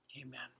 Amen